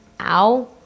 ow